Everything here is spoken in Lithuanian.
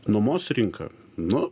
nuomos rinka nu